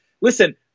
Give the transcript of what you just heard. listen